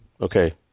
okay